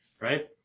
Right